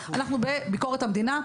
אנחנו בביקורת המדינה,